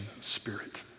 spirit